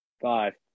Five